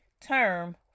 term